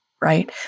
Right